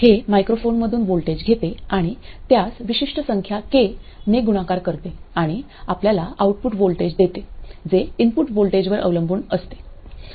हे मायक्रोफोनमधून व्होल्टेज घेते आणि त्यास विशिष्ट संख्या के ने गुणाकार करते आणि आपल्याला आउटपुट व्होल्टेज देते जे इनपुट व्होल्टेजवर अवलंबून असते